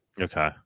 Okay